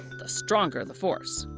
the stronger the force.